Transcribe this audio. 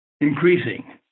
increasing